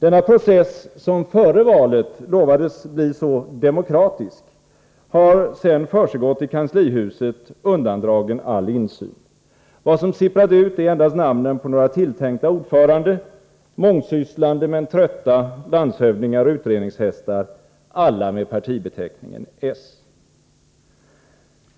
Denna process, som före valet utlovades bli så demokratisk, har sedan försiggått i kanslihuset, undandragen all insyn. Vad som sipprat ut är endast namnen på några tilltänkta ordförande: mångsysslande men trötta landshövdingar och utredningshästar, alla med partibeteckningen .